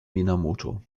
minamoto